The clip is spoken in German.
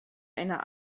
einer